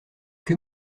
que